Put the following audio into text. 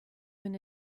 when